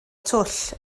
twll